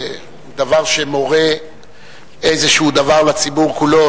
דבר שמורה איזה דבר לציבור כולו,